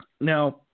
Now